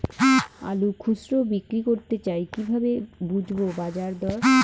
আলু খুচরো বিক্রি করতে চাই কিভাবে বুঝবো বাজার দর?